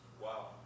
Wow